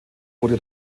wurde